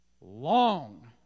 long